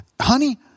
Honey